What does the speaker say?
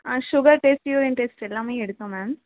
ஆ sugar test urine test எல்லாமே எடுத்தோம் ma'am